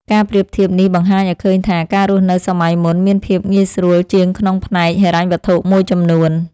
ការប្រៀបធៀបនេះបង្ហាញឱ្យឃើញថា ការរស់នៅសម័យមុនមានភាពងាយស្រួលជាងក្នុងផ្នែកហិរញ្ញវត្ថុមួយចំនួន។